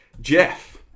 Jeff